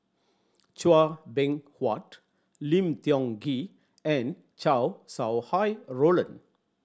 Chua Beng Huat Lim Tiong Ghee and Chow Sau Hai Roland